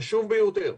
חשוב ביותר,